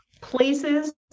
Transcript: places